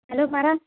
hello पर